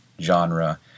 genre